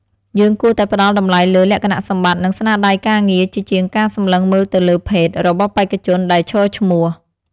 យើងគួរតែផ្តល់តម្លៃលើលក្ខណៈសម្បត្តិ និងស្នាដៃការងារជាជាងការសម្លឹងមើលទៅលើភេទរបស់បេក្ខជនដែលឈរឈ្មោះ។